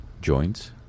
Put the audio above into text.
joints